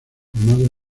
formado